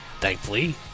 Thankfully